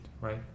right